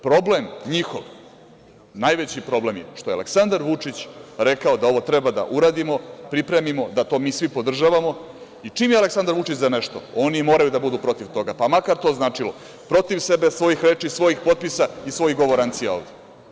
Problem njihov, najveći problem je što je Aleksandar Vučić rekao da ovo treba da uradimo, pripremimo, da to mi svi podržavamo i čim je Aleksandar Vučić za nešto, oni moraju da budu protiv toga, pa makar to značilo protiv sebe, svojih reči, svojih potpisa i svojih govorancija ovde.